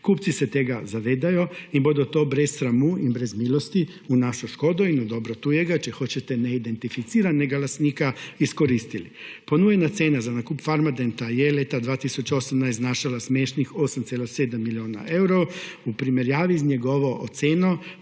Kupci se tega zavedajo in bodo to brez sramu in brez milosti v našo škodo in v dobro tujega, če hočete neidentificiranega lastnika, izkoristili. Ponujena cena za nakup Farmadenta je leta 2018 znašala smešnih 8,7 milijona evrov, v primerjavi z njegovo oceno